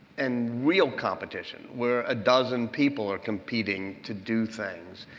and real competition, where a dozen people are competing to do things.